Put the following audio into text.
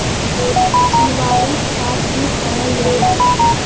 जीवाणु खाद भी कहल जाला